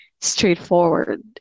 straightforward